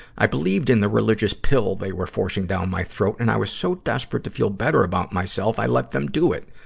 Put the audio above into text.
i believed in the religious pill they were forcing down my throat, and i was so desperate to feel better about myself i let them do it.